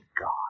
God